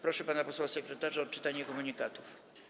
Proszę pana posła sekretarza o odczytanie komunikatów.